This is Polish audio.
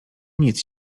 nic